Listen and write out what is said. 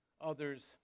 others